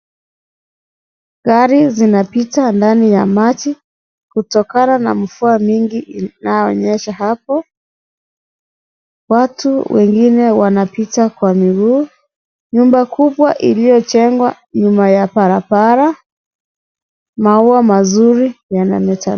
Gari zinapita ndani ya maji kutokana na mvua mingi inayonyesha hapo . Watu wengine wanapita kwa miguu . Nyumba kubwa iliyojengwa nyuma ya barabara . Maua mazuri yanameta.